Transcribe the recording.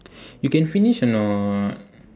you can finish or not